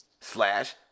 slash